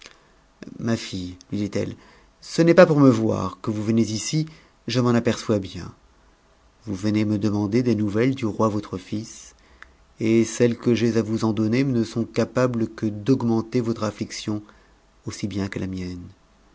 ma fille lui dit-elle ce n'est pas pour me voir que vous venm ici je m'en aperçois bien vous venez me demander des nouvelles du m votre fils et celles que j'ai à vous en donner ne sont capables que d'aug menter votre affliction aussi bien que la mienne